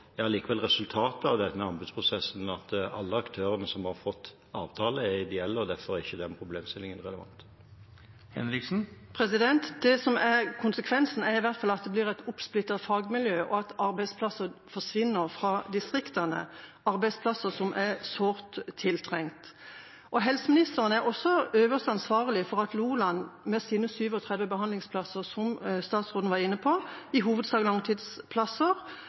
resultatet av denne anbudsprosessen at alle aktørene som har fått avtale, er ideelle, og derfor er ikke den problemstillingen relevant. Det som er konsekvensen, er i hvert fall at det blir et oppsplittet fagmiljø, og at arbeidsplasser forsvinner fra distriktene – arbeidsplasser som er sårt tiltrengt. Helseministeren er også øverste ansvarlig for at noen av de 37 behandlingsplassene i Loland, i hovedsak langtidsplasser, som statsråden var inne på,